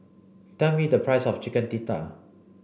tell me the price of Chicken Tikka